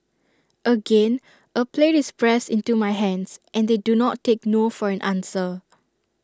again A plate is pressed into my hands and they do not take no for an answer